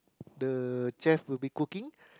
the chef will be cooking